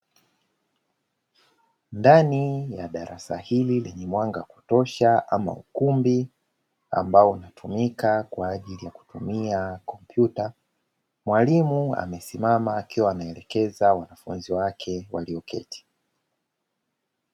Ndani ya darasa hili lenye mwanga wa kutosha ama ukumbi, ambao hutumika kwa ajili ya kutumia kompyuta. Mwalimu amesimama akiwa anawaelekeza wanafunzi wake walioketi.